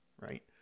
right